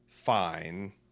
fine